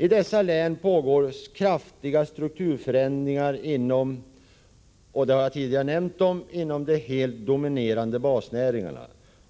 I dessa län pågår, som jag tidigare nämnt, kraftiga strukturförändringar inom de helt dominerande basnäringarna.